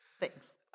Thanks